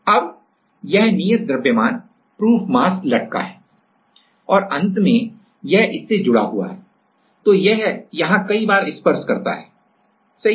अब यह नियत द्रव्यमान प्रूफ मास proof mass लटका है और अंत में यह इससे जुड़ा हुआ है तो यह यहां कई बार स्पर्श करता है सही